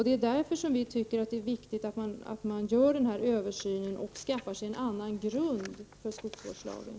Det är därför som vi tycker att det är viktigt att man gör en översyn och skaffar sig en annan grund för skogsvårdslagen.